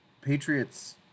Patriots